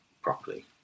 properly